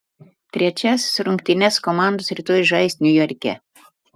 trečiąsias rungtynes komandos rytoj žais niujorke